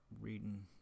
reading